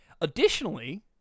Additionally